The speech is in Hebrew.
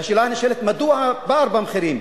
והשאלה הנשאלת, מדוע הפער במחירים?